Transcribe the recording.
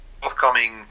forthcoming